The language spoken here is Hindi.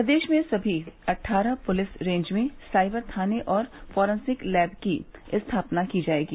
प्रदेश में सभी अट्ठारह पुलिस रेंज में साइबर थाने और फॉरेंसिक लैब की स्थापना की जायेगी